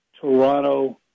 Toronto